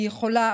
היא יכולה,